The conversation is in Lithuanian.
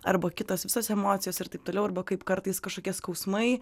arba kitos visos emocijos ir taip toliau arba kaip kartais kažkokie skausmai